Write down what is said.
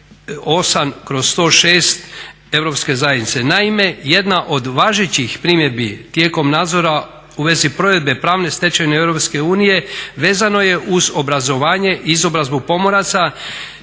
2008/106 Europske zajednice. Naime, jedna od važećih primjedbi tijekom nadzora u vezi provedbe pravne stečevine EU vezano je uz obrazovanje i izobrazbu pomoraca